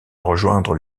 rejoindre